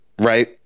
right